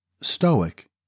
stoic